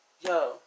yo